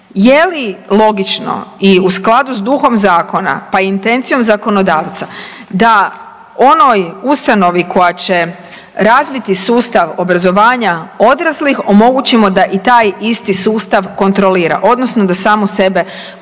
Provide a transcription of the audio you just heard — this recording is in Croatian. Je li logično i u skladu s duhom zakona, pa intencijom zakonodavca da onoj ustanovi koja će razviti sustav obrazovanja odraslih omogućimo da i taj isti sustav kontrolira odnosno da samu sebe kontrolira?